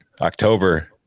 October